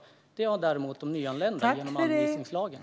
En sådan garanti har däremot de nyanlända genom anvisningslagen.